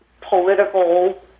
political